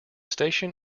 station